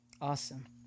Awesome